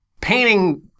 painting